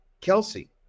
Kelsey